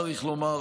צריך לומר,